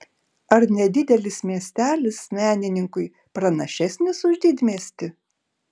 ar nedidelis miestelis menininkui pranašesnis už didmiestį